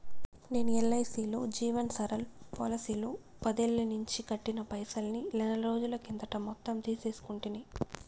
నేను ఎల్ఐసీలో జీవన్ సరల్ పోలసీలో పదేల్లనించి కట్టిన పైసల్ని నెలరోజుల కిందట మొత్తం తీసేసుకుంటి